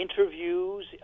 interviews